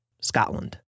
Scotland